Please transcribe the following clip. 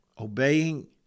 obeying